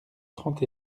trente